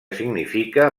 significa